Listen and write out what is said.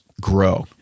grow